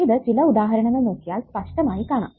ഇത് ചില ഉദാഹരണങ്ങൾ നോക്കിയാൽ സ്പഷ്ടമായി കാണാം